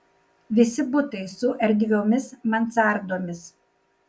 visi butai su erdviomis mansardomis